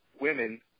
women